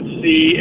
see